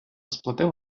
сплатив